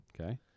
Okay